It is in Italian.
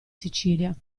sicilia